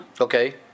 Okay